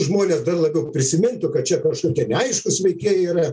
žmonės dar labiau prisimintų kad čia kažkokie neaiškūs veikėjai yra